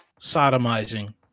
sodomizing